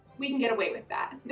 we can get away with that.